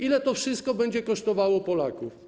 Ile to wszystko będzie kosztowało Polaków?